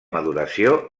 maduració